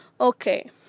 Okay